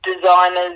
designers